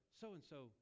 So-and-so